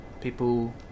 People